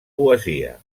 poesia